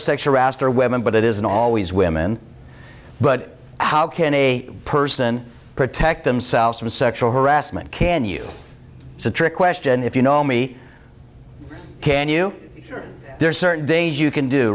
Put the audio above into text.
raster women but it isn't always women but how can a person protect themselves from sexual harassment can you it's a trick question if you know me can you there are certain days you can do